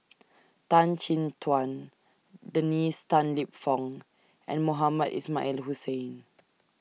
Tan Chin Tuan Dennis Tan Lip Fong and Mohamed Ismail Hussain